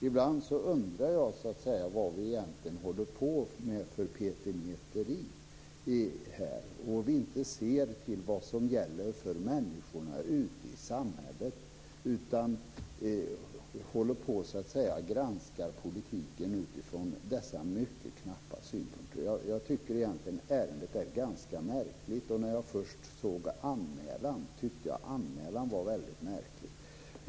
Ibland undrar jag vad vi egentligen håller på med för petimäteri. Vi ser inte till vad som gäller för människorna ute i samhället utan granskar politiken utifrån dessa mycket knappa synpunkter. Jag tycker egentligen att ärendet är ganska märkligt. När jag först såg anmälan tyckte jag att den var väldigt märklig.